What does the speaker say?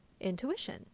intuition